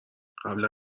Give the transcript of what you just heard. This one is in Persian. قبلا